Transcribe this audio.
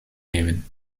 nemen